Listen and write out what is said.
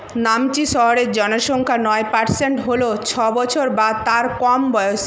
নামচি শহরের জনসংখ্যার নয় পার্সেন্ট হলো ছ বছর বা তার কম বয়স